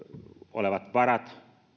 olevat varat